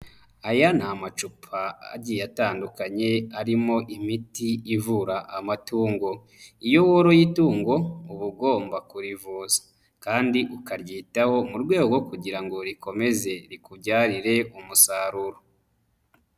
Aya ni amacupa agiye atandukanye arimo imiti ivura amatungo. Iyo woroye itungo uba ugomba kurivuza kandi ukaryitaho mu rwego kugira ngo rikomeze rikubyarire umusaruro.